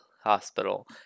hospital